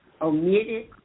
omitted